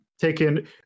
taken